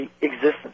existence